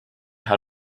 how